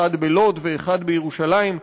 אחד בלוד ואחד בירושלים,